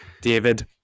David